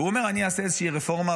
והוא אומר: אני אעשה איזושהי רפורמה,